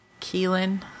Keelan